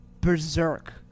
berserk